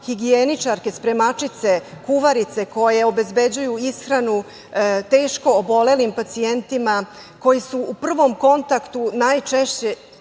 higijeničarke, spremačice, kuvarice koje obezbeđuju ishranu teško obolelim pacijentima koji su u prvom kontaktnu najčešće